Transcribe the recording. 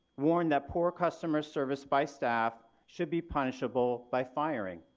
warn that poor customer service by staff should be punishable by firing.